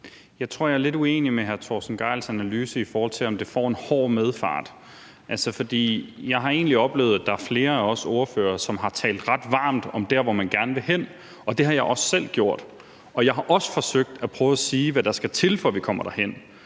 jeg er lidt uenig i hr. Torsten Gejls analyse, i forhold til om det får en hård medfart, for jeg har egentlig oplevet, at der er flere af os ordførere, som har talt ret varmt om der, hvor man gerne vil hen, og det har jeg også selv gjort. Jeg har også forsøgt at sige, hvad der skal til, for at vi kommer derhen.